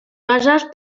bases